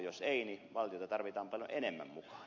jos ei niin valtiota tarvitaan paljon enemmän mukaan